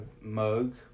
mug